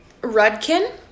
Rudkin